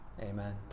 Amen